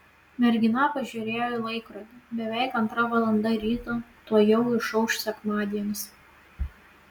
mergina pažiūrėjo į laikrodį beveik antra valanda ryto tuojau išauš sekmadienis